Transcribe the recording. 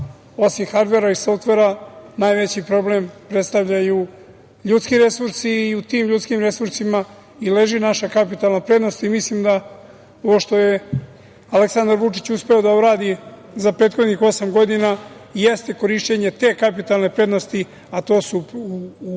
osim hardvera i softvera najveći problem predstavljaju ljudski resursi i u tim ljudskim resursima i leži naša kapitalna prednost i mislim da ovo što je Aleksandar Vučić uspeo da uradi za prethodnih osam godina jeste korišćenje te kapitalne prednosti, a to su u